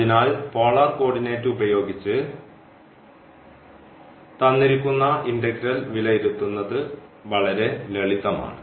അതിനാൽ polar coordinate ഉപയോഗിച്ച് തന്നിരിക്കുന്ന ഇന്റഗ്രൽ വിലയിരുത്തുന്നത് വളരെ ലളിതമാണ്